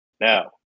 Now